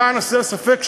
למען הסר ספק,